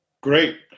Great